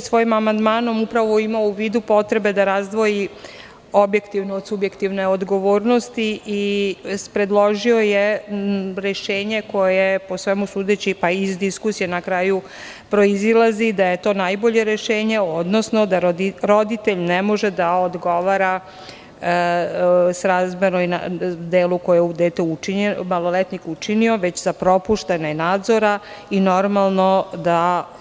Svojim amandmanom je imao u vidu potrebe da razdvoji objektivne od subjektivne odgovornosti, predložio je rešenje koje po svemu sudeći pa i iz diskusije proizilazi da je to najbolje rešenje, odnosno da roditelj ne može da odgovara srazmerno delu koje je maloletnik učinio, već za propuštanje nadzora